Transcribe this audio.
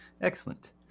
Excellent